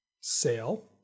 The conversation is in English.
sale